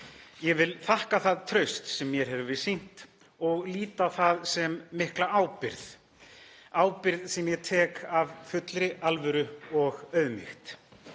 Ég vil þakka það traust sem mér hefur verið sýnt og lít á það sem mikla ábyrgð, ábyrgð sem ég tek af fullri alvöru og auðmýkt.